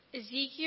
Ezekiel